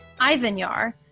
Ivanyar